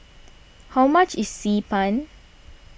how much is Xi Ban